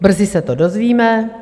Brzy se to dozvíme.